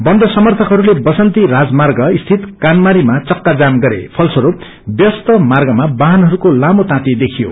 बन्द समर्थकहरूले वसन्ती राजर्माग सिति कानमारीमा जाम गरे ुलस्वरूप व्यस्त मार्गमा वाहनहरूको ठूलो ताँती देखियो